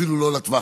אפילו לא לטווח,